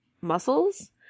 muscles